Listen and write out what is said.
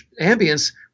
ambience